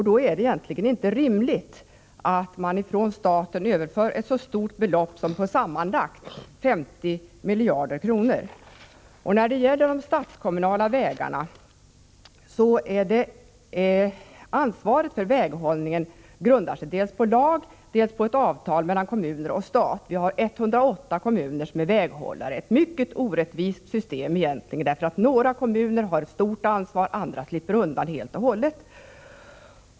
Då är det egentligen inte rimligt att staten skall bidra med så stora belopp som sammanlagt 50 miljarder. När det gäller de statskommunala vägarna grundar sig ansvaret för väghållningen dels på lag, dels på ett avtal mellan kommunerna och staten. Vi har 108 kommuner som är väghållare. Det är ett mycket orättvist system: några kommuner har stort ansvar medan andra slipper undan helt och hållet.